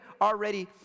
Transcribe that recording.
already